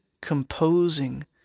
composing